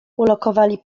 ulokowali